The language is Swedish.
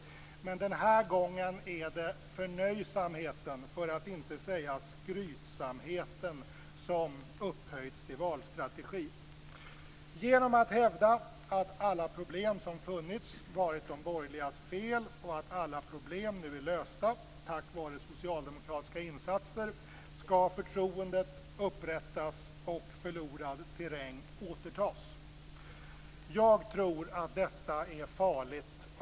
Men den här gången är det förnöjsamheten, för att inte säga skrytsamheten, som upphöjts till valstrategi. Genom att hävda att alla problem som har funnits varit de borgerligas fel och att alla problem nu är lösta tack vare socialdemokratiska insatser skall förtroendet upprättas och förlorad terräng återtas. Jag tror att detta av två skäl är farligt.